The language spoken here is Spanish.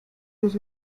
los